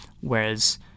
Whereas